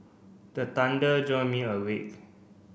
the thunder jolt me awake